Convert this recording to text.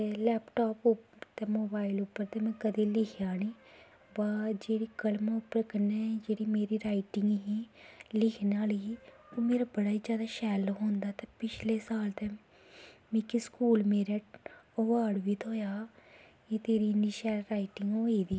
ते लैपटॉप ते मोबाईल उप्पर में कदैं लिखेआ नी व जेह्ड़ी कलम कन्नै मेरी राईटिंग ही लिखने आह्ली ओह् मेरा बड़ा ई शैल लखोंदा ते पिछले साल ते मिगा स्कूल मेरै अबार्ड़ बी थ्होया कि तेरी इन्नी शैल राईटिंग